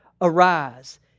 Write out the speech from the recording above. Arise